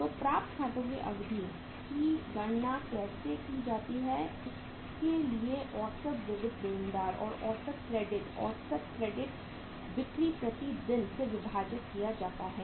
तो प्राप्त खातों की अवधि की गणना कैसे की जाती है इसके लिए औसत विविध देनदार को औसत क्रेडिट औसत क्रेडिट बिक्री प्रति दिन से विभाजित किया जाता है